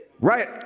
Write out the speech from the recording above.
right